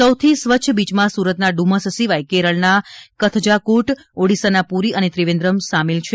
સૌથી સ્વચ્છ બીચમાં સુરતના ડુમસ સિવાય કેરળના કથઝાક્ટઓડિસ્સાના પુરી અને ત્રિવેન્દ્રમ સામેલ છે